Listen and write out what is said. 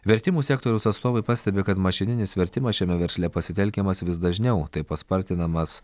vertimų sektoriaus atstovai pastebi kad mašininis vertimas šiame versle pasitelkiamas vis dažniau taip paspartinamas